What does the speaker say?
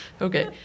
okay